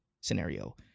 scenario